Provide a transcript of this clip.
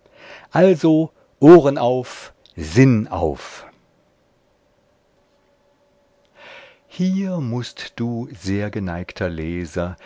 also ohren auf sinn auf hier mußt du sehr geneigter leser